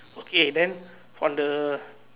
okay then on the